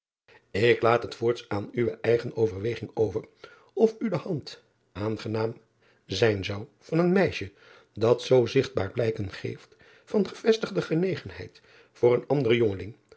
k laat het voorts aan uwe eigen overweging over of u de hand aangenaam zijn zou van een meisje dat zoo zigtbaar blijken geeft van gevestigde genegenheid voor een anderen jongeling